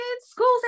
schools